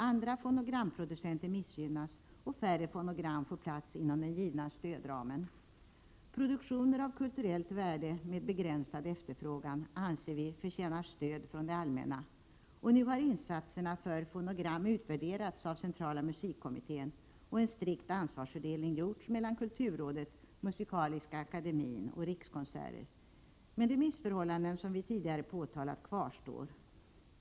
Andra fonogramproducenter missgynnas, och färre fonogram får plats inom den givna stödramen. Produktioner av kulturellt värde med begränsad efterfrågan anser vi förtjänar stöd från det allmänna. Nu har insatserna för fonogram utvärderats av Centrala musikkommittén, och en strikt ansvarsfördelning har gjorts mellan kulturrådet, Musikaliska akademien och Rikskonserter, men de missförhållanden som vi tidigare påtalat kvarstår.